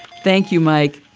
thank you, mike